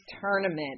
Tournament